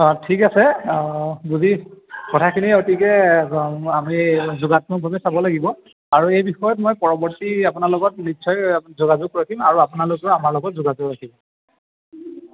অঁ ঠিক আছে বুজি কথাখিনিয়ে অতিকে আমি যোগাত্মকভাৱে চাব লাগিব আৰু এই বিষয়ত মই পৰৱৰ্তী আপোনাৰ লগত নিশ্চয় যোগাযোগ ৰাখিম আৰু আপোনালোকেও আমাৰ লগত যোগাযোগ ৰাখিব